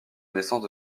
naissance